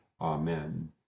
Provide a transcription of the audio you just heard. Amen